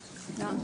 הנוסח שלו: "לא ישמש